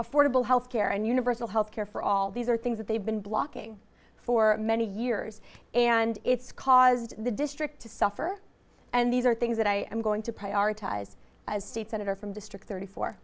affordable health care and universal health care for all these are things that they've been blocking for many years and it's caused the district to suffer and these are things that i am going to prioritize as state senator from district thirty four